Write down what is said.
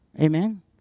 amen